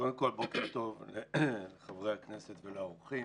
קודם כל בוקר טוב לחברי הכנסת ולאורחים.